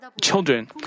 children